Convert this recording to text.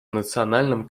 национальном